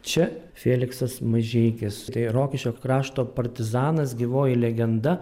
čia feliksas mažeikis tai rokiškio krašto partizanas gyvoji legenda